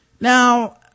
now